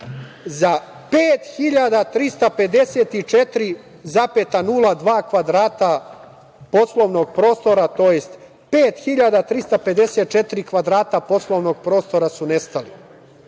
za 5354,02 kvadrata poslovnog prostora to jest 5354 kvadrata poslovnog prostora su nestali. Samo